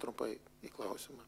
trumpai į klausimą